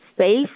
space